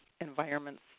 environments